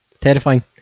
Terrifying